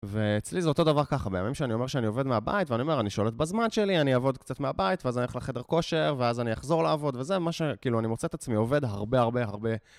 ואצלי זה אותו דבר ככה, בימים שאני אומר שאני עובד מהבית ואני אומר אני שולט בזמן שלי, אני אעבוד קצת מהבית ואז אני אלך לחדר כושר ואז אני אחזור לעבוד וזה מה ש... כאילו אני מוצא את עצמי עובד הרבה הרבה הרבה.